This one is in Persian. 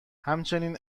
همچنین